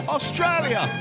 Australia